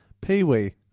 Pee-wee